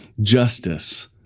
justice